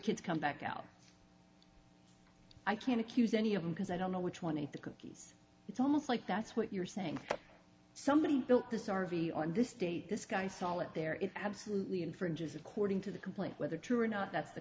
kids come back out i can't accuse any of them because i don't know which one ate the cookies it's almost like that's what you're saying somebody built this r v on this date this guy saw it there it absolutely infringes according to the complaint whether true or not that's the